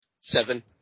Seven